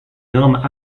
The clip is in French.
normes